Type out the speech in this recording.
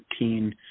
13